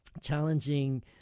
challenging